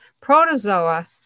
protozoa